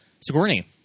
Sigourney